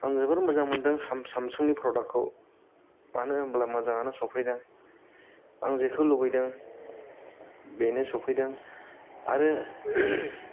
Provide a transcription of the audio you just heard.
आं जोबोद मोजां मोनदों सेमसां नि प्रडाक्ट खौ मानो होनोब्ला मोजाङैनो सौफैदों आं जेखौ लुबैदों बेनो सौफैदों आरो